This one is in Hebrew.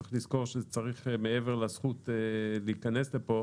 צריך לזכור שמעבר לזכות להיכנס לפה